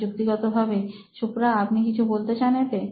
প্রযুক্তিগতভাবে সুপ্রা আপনি কিছু বলতে চান এতে